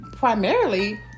Primarily